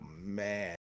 man